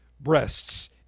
breasts